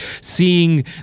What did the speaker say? seeing